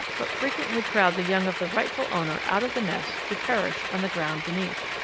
but frequently crowd the young of the rightful owner out of the nest to perish on the ground beneath.